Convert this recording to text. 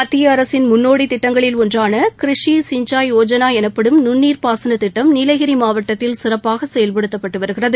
மத்திய அரசின் முன்னோடித் திட்டங்களில் ஒன்றான கிரிஷி சிஞ்சாய் யோஜனா எனப்படும் நுண்ணீர் பாசன திட்டம் நீலகிரி மாவட்டத்தில் சிறப்பாக செயல்படுத்தப்பட்டு வருகிறது